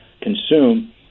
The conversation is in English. consume